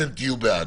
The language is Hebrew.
אתם תהיו בעד.